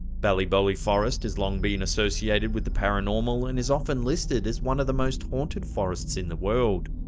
ballyboley forest has long been associated with the paranormal, and is often listed as one of the most haunted forests in the world.